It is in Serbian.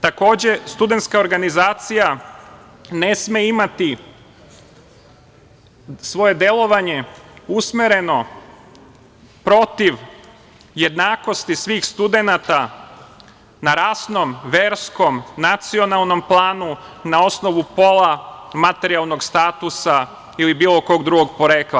Takođe, studentska organizacija ne sme imati svoje delovanje usmereno protiv jednakosti svih studenata na rasnom, verskom, nacionalnom planu, na osnovu pola, materijalnog statusa ili bilo kog drugog porekla.